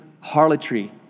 Harlotry